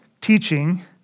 teaching